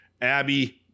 Abby